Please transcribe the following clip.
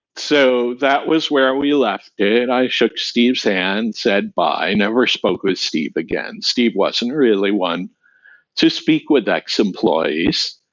so that was where we left it, and i shook steve's hand and said bye. never spoke with steve again. steve wasn't a really one to speak with ex-employees.